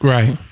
Right